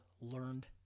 learned